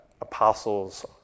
Apostles